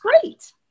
great